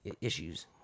issues